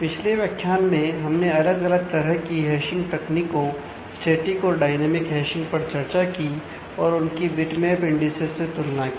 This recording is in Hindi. पिछले व्याख्यान में हमने अलग अलग तरह की हैशिंग तकनीकों स्टैटिक ओर डायनेमिक हैशिंग पर चर्चा की और उनकी बिटमैप इंडिसेज से तुलना की